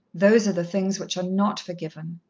those are the things which are not forgiven.